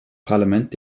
parlament